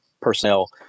personnel